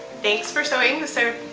thanks for showing the so